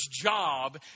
job